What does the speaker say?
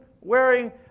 wearing